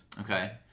Okay